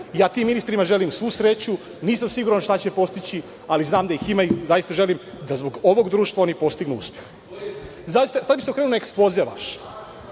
Ja tim ministrima želim svu sreću. Nisam siguran šta će postići, ali znam da ih ima i zaista želim da zbog ovog društva oni postignu uspeh. Sada bih se okrenuo na ekspoze vaš.